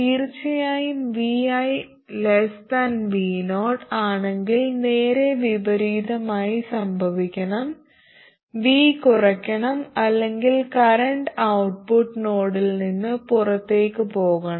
തീർച്ചയായും vi vo ആണെങ്കിൽ നേരെ വിപരീതമായി സംഭവിക്കണം v കുറയ്ക്കണം അല്ലെങ്കിൽ കറന്റ് ഔട്ട്പുട്ട് നോഡിൽ നിന്ന് പുറത്തേക്ക് പോകണം